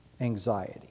anxiety